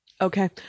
Okay